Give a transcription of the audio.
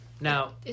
now